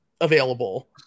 available